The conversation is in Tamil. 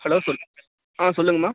ஹலோ சொல் ஆ சொல்லுங்கம்மா